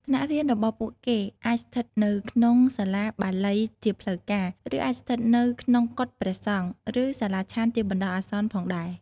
ថ្នាក់រៀនរបស់ពួកគេអាចស្ថិតនៅក្នុងសាលាបាលីជាផ្លូវការ ឬអាចស្ថិតនៅក្នុងកុដិព្រះសង្ឃ ឬសាលាឆាន់ជាបណ្ដោះអាសន្នផងដែរ។